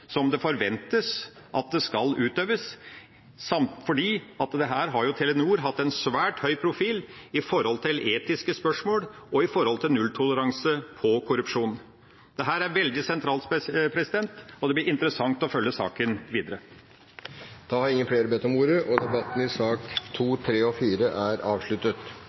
slik det forventes at det skal utøves, fordi her har Telenor hatt en svært høy profil i etiske spørsmål og når det gjelder nulltoleranse for korrupsjon. Dette er veldig sentralt. Det blir interessant å følge saken videre. Flere har ikke bedt om ordet til sakene nr. 2, 3 og 4. Etter ønske fra arbeids- og